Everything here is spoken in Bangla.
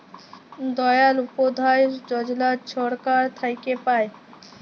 দয়াল উপাধ্যায় যজলা ছরকার থ্যাইকে পায়